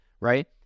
Right